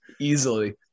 Easily